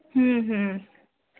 ହୁଁ ହୁଁ